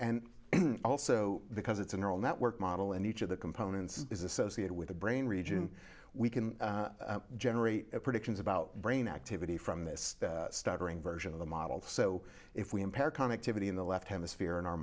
and also because it's a neural network model and each of the components is associated with the brain region we can generate predictions about brain activity from this startling version of the model so if we impair comic tippity in the left hemisphere in our